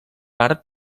part